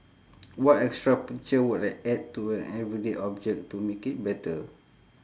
what extra picture would I add to an everyday object to make it better